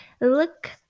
look